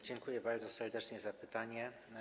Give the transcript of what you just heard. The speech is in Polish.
Dziękuję bardzo serdecznie za pytanie.